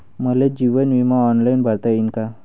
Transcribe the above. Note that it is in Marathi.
मले जीवन बिमा ऑनलाईन भरता येईन का?